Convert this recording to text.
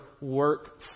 work